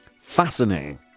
Fascinating